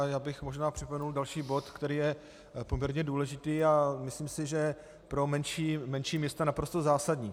Já bych možná připomenul další bod, který je poměrně důležitý, a myslím si, že pro menší města naprosto zásadní.